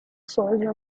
soldier